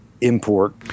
import